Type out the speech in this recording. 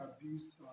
abuse